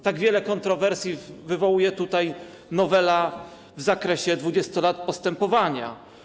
Tak wiele kontrowersji wywołuje tutaj nowela w zakresie 20 lat i postępowania.